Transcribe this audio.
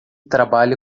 trabalha